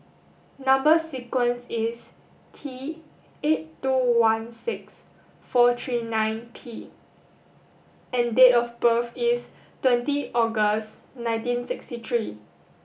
number sequence is T eight two one six four three nine P and date of birth is twenty August nineteen sixty three